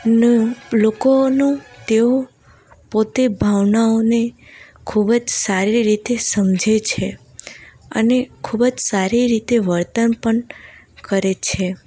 નું લોકોનું તેઓ પોતે ભાવનાઓને ખૂબ જ સારી રીતે સમજે છે અને ખૂબ જ સારી રીતે વર્તન પણ કરે છે